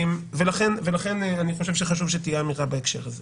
לכן אני חושב שחשוב שתהיה אמורה בהקשר הזה.